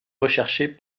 recherchée